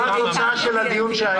ומה הייתה התוצאה של הדיון שהיה?